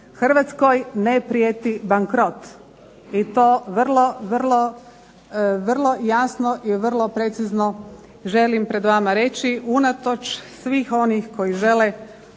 Hrvatskoj ne prijeti bankrot i to vrlo, vrlo, vrlo jasno i vrlo precizno želim pred vama reći, unatoč svih onih koji žele